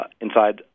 inside